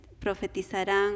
profetizarán